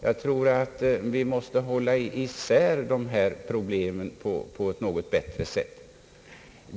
Jag tror att vi måste hålla isär dessa problem på ett något bättre sätt.